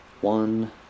one